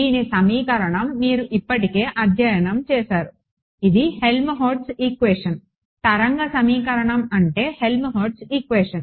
దీని సమీకరణం మీరు ఇప్పటికే అధ్యయనం చేశారు ఇది హెల్మ్హోల్ట్జ్ ఈక్వెషన్ తరంగ సమీకరణం అంటే హెల్మ్హోల్ట్జ్ ఈక్వెషన్